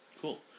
Cool